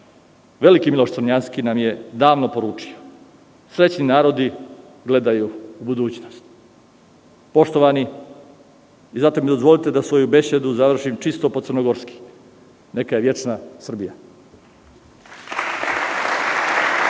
Veliki Miloš Crnjanski nam je davno poručio – srećni narodi gledaju u budućnost. Poštovani, dozvolite mi da svoju besedu završim čisto po crnogorski – neka je večna Srbija.